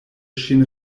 ŝin